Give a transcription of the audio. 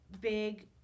big